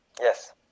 Yes